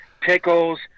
pickles